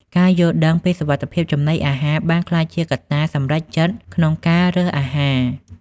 ការយល់ដឹងពីសុវត្ថិភាពចំណីអាហារបានក្លាយជាកត្តាសម្រេចចិត្តក្នុងការរើសអាហារ។